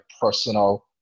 personal